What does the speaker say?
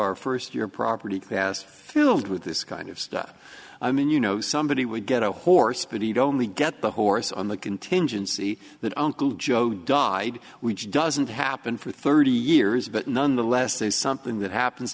our first year property fast filled with this kind of stuff i mean you know somebody would get a horse but he'd only get the horse on the contingency that uncle joe died which doesn't happen for thirty years but nonetheless there's something that happens